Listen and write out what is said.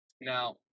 now